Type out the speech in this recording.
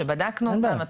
שבדקנו אותם,